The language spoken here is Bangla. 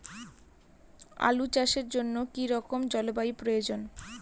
আলু চাষের জন্য কি রকম জলবায়ুর প্রয়োজন?